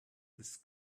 this